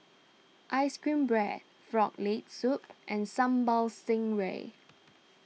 Ice Cream Bread Frog Leg Soup and Sambal Stingray